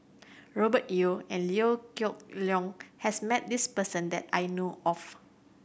Robert Yeo and Liew Geok Leong has met this person that I know of